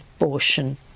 abortion